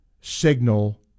signal